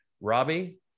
Robbie